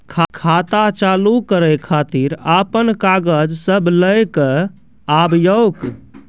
खाता चालू करै खातिर आपन कागज सब लै कऽ आबयोक?